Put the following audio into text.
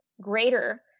greater